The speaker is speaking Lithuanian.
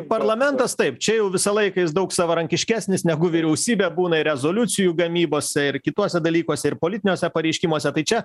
parlamentas taip čia jau visą laiką jis daug savarankiškesnis negu vyriausybė būna ir rezoliucijų gamybose ir kituose dalykuose ir politiniuose pareiškimuose tai čia